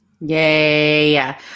Yay